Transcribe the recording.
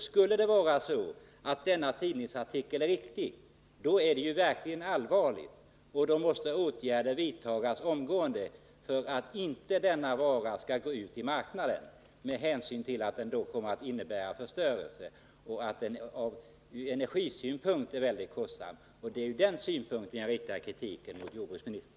Skulle tidningsartikeln vara riktig är det verkligen allvarligt, och då måste åtgärder vidtas omgående för att denna vara inte skall gå ut i marknaden med hänsyn till att den kommer att innebära förstörelse och är väldigt kostsam ur energisynpunkt. Det är i det sammanhanget jag riktar kritik mot jordbruksministern.